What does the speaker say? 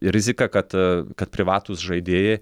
rizika kad kad privatūs žaidėjai